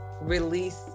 release